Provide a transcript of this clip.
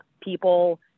people